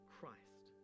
Christ